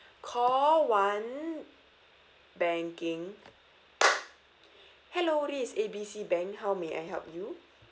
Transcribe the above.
call one banking hello this A B C bank how may I help you